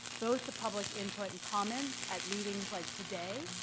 both the public input and comments at meetings like today,